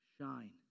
Shine